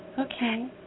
okay